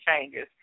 changes